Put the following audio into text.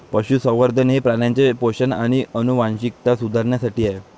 पशुसंवर्धन हे प्राण्यांचे पोषण आणि आनुवंशिकता सुधारण्यासाठी आहे